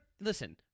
listen –